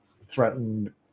threatened